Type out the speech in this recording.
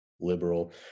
liberal